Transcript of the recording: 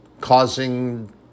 causing